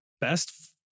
best